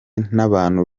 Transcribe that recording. n’abantu